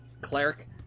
Cleric